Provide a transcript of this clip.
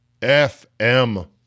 FM